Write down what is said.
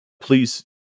please